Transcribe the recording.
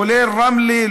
כולל רמלה,